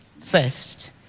first